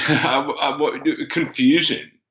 confusion